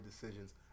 decisions